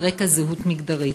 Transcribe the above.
על רקע זהות מגדרית.